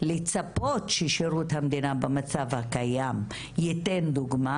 לצפות ששירות המדינה במצב הקיים ייתן דוגמה.